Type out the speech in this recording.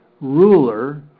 ruler